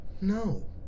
No